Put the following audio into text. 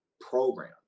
program